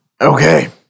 Okay